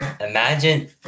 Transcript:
Imagine